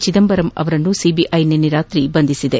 ಚಿದಂಬರಂ ಅವರನ್ನು ಸಿಬಿಐ ನಿನ್ನೆ ರಾತ್ರಿ ಬಂಧಿಸಿದೆ